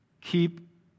keep